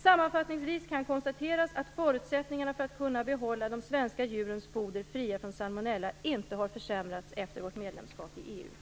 Sammanfattningsvis kan konstateras att förutsättningarna för att kunna behålla de svenska djurens foder fritt från salmonella inte har försämrats efter vårt medlemskap i EU: